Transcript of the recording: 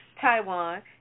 Taiwan